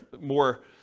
more